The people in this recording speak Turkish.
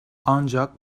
ancak